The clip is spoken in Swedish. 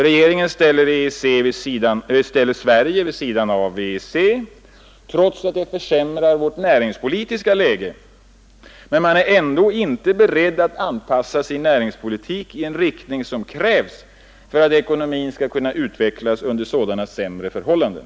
Regeringen ställer Sverige vid sidan av EEC trots att det försämrar vårt näringspolitiska läge, men man är ändå inte beredd att anpassa sin näringspolitik i en riktning som krävs för att ekonomin skall kunna utvecklas under sådana sämre förhållanden.